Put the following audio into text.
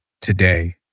today